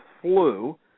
flu